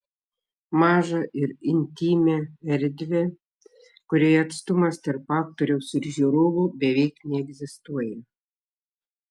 mažą ir intymią erdvę kurioje atstumas tarp aktoriaus ir žiūrovų beveik neegzistuoja